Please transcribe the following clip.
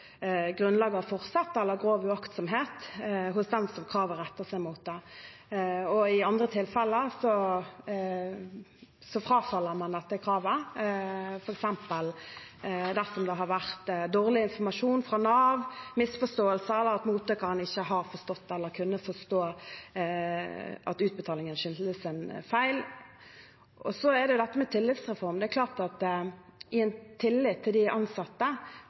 grov uaktsomhet hos den kravet retter seg mot. I andre tilfeller frafaller man dette kravet, f.eks. dersom det har vært dårlig informasjon fra Nav, misforståelser eller at mottakeren ikke har forstått eller kunnet forstå at utbetalingen skyldes en feil. Så er det dette med tillitsreform. Det er klart at i en tillit til de ansatte